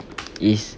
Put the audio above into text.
is